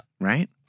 right